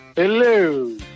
Hello